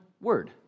word